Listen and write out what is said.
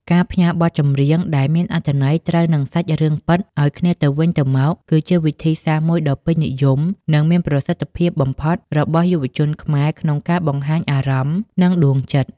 ការផ្ញើបទចម្រៀងដែលមានអត្ថន័យត្រូវនឹងសាច់រឿងពិតឱ្យគ្នាទៅវិញទៅមក គឺជាវិធីសាស្ត្រមួយដ៏ពេញនិយម និងមានប្រសិទ្ធភាពបំផុតរបស់យុវជនខ្មែរក្នុងការបង្ហាញអារម្មណ៍ និងដួងចិត្ត។